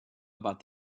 about